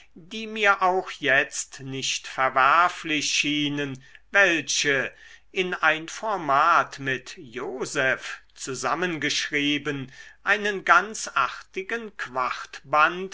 die mir auch jetzt nicht verwerflich schienen welche in ein format mit joseph zusammengeschrieben einen ganz artigen